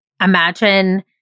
Imagine